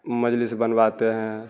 مجلس بنواتے ہیں